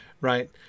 right